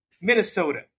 minnesota